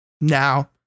Now